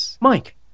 Mike